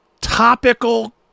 topical